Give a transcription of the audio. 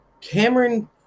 Cameron